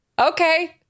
Okay